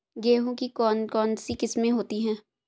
गेहूँ की कौन कौनसी किस्में होती है?